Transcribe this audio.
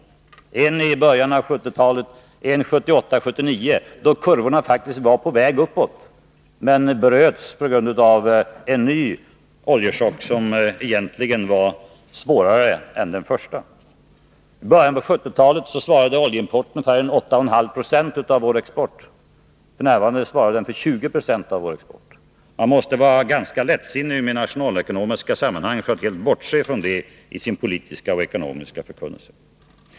Vi hade en i början av 1970-talet och en 1978-1979, då kurvorna faktiskt var på väg uppåt men bröts på grund av denna nya oljechock, som egentligen var svårare än den första. I början av 1970-talet svarade oljeimporten för 8,5 90 av vår export. F. n. svarar den för 20 90 av vår export. Man måste vara ganska lättsinnig i sitt nationalekonomiska tänkande för att helt bortse från detta i sin politiska och ekonomiska förkunnelse.